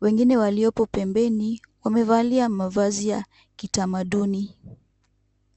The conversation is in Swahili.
Wengine waliopo pembeni wamevalia mavazi ya kitamaduni.